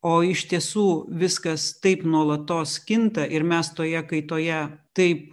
o iš tiesų viskas taip nuolatos kinta ir mes toje kaitoje taip